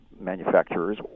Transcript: manufacturers